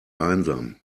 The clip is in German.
einsam